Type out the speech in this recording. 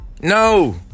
No